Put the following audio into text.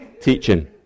teaching